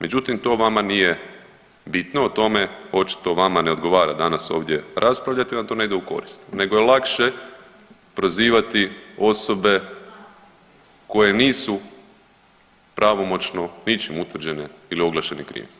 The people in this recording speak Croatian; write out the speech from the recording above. Međutim, to vama nije bitno o tome očito vama ne odgovara danas ovdje raspravljati jer vam to ne ide u korist nego je lakše prozivati osobe koje nisu pravomoćno ničim utvrđene ili oglašene krivim.